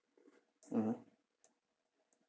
mmhmm